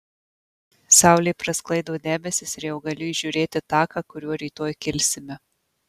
saulė prasklaido debesis ir jau galiu įžiūrėti taką kuriuo rytoj kilsime